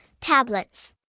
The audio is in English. tablets